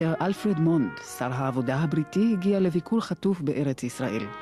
סר אלפריד מונד, שר העבודה הבריטי, הגיע לביקור חטוף בארץ ישראל.